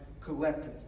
collectively